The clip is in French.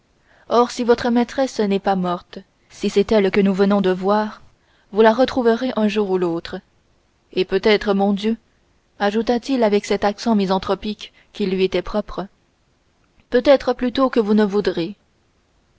or si votre maîtresse n'est pas morte si c'est elle que nous venons de voir vous la retrouverez un jour ou l'autre et peut-être mon dieu ajouta-t-il avec un accent misanthropique qui lui était propre peut être plus tôt que vous ne voudrez